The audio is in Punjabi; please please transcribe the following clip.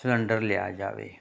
ਸਿਲੰਡਰ ਲਿਆ ਜਾਵੇ